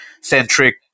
centric